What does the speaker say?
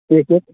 एक एक